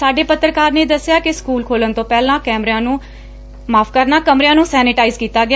ਸਾਡੇ ਪੱਤਰਕਾਰ ਨੇ ਦਸਿਆ ਕਿ ਸਕੁਲ ਖੋਲੁਣ ਤੋਂ ਪਹਿਲਾਂ ਕਮਰਿਆਂ ਨੂੰ ਸੈਨੇਟਾਈਜ਼ ਕੀਤਾ ਗਿਆ